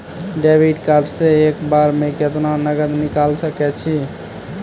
Debit card से एक बार मे केतना नगद निकाल सके छी?